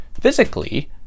physically